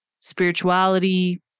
spirituality